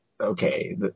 Okay